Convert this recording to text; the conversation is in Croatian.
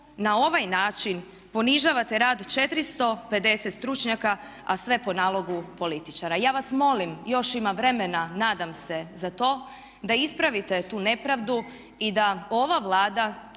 na ovaj način ponižavate rad 450 stručnjaka a sve po nalogu političara. Ja vas molim, još ima vremena nadam se za to da ispravite tu nepravdu i da ova Vlada,